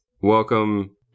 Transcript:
Welcome